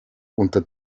unter